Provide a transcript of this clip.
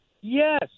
yes